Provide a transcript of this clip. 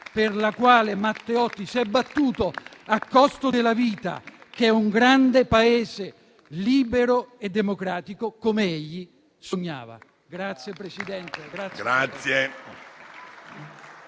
per la quale Matteotti si è battuto a costo della vita, che è un grande Paese, libero e democratico come egli sognava.